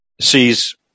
sees